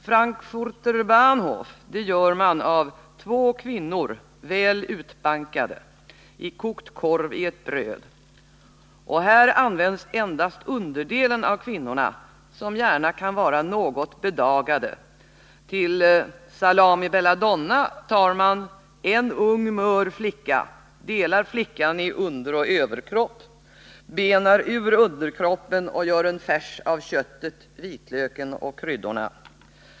Frankfurter Bahnhof gör man av ”2 kvinnor, väl utbankade” i kokt korv i ett bröd. ”Här används endast underdelen av kvinnorna som gärna kan vara något bedagade.” Till ”Salami Bella donna” tar man ”1 ung mör flicka, delar flickan i underoch överkropp. Benar ur underkroppen och gör en färs av köttet, vitlöken och kryddorna.